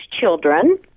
children